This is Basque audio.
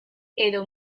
edo